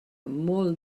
molt